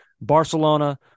Barcelona